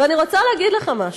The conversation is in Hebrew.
ואני רוצה להגיד לך משהו: